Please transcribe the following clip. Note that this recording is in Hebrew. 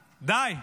די,